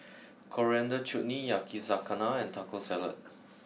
coriander Chutney Yakizakana and Taco Salad